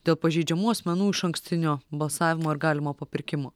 dėl pažeidžiamų asmenų išankstinio balsavimo ir galimo papirkimo